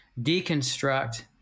deconstruct